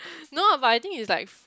no but I think is like